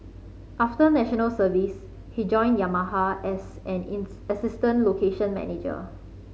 after National Service he joined Yamaha as an assistant location manager